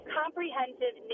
comprehensive